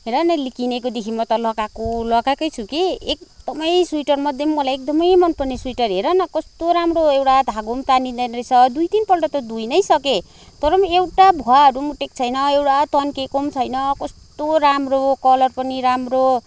हेर न किनेकोदेखि म त लगाएको लगाएकै छु कि एकदमै स्वेटरमध्ये पनि मलाई एकदमै मनपर्ने स्वेटर हेर न कस्तो राम्रो एउटा धागो पनि तानिँदैन रहेछ दुई तिनपल्ट त धोइनै सकेँ तर पनि एउटा भुवाहरू पनि उठेको छैन एउटा तन्केको पनि छैन कस्तो राम्रो कलर पनि राम्रो